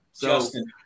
Justin